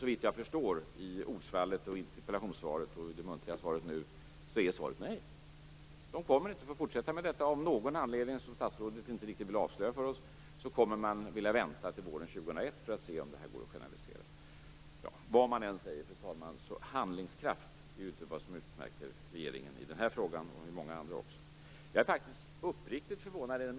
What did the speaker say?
Såvitt jag förstår av ordsvallet i interpellationssvaret och i det muntliga svaret nu är svaret nej. Ja, vad man än säger, fru talman: Handlingskraft är inte vad som utmärker regeringen i den här frågan liksom i många andra frågor. Jag är faktiskt uppriktigt förvånad.